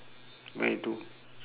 where to